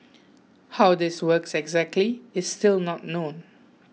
how this works exactly is still not known